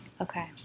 Okay